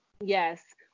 Yes